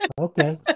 okay